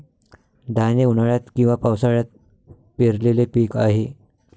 धान हे उन्हाळ्यात किंवा पावसाळ्यात पेरलेले पीक आहे